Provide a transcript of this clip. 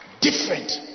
different